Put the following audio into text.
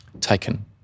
taken